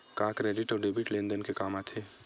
का क्रेडिट अउ डेबिट लेन देन के काम आथे?